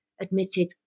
admitted